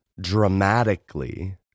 dramatically